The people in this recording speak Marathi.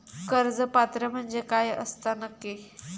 कर्ज पात्र म्हणजे काय असता नक्की?